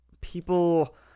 people